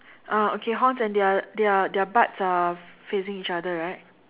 ah okay horns and their their their butts are facing each other right